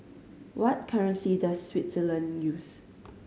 what currency does Switzerland use